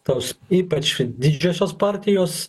tos ypač didžiosios partijos